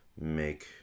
make